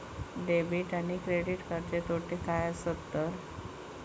Debit आणि credit कार्डचे तोटे काय आसत तर?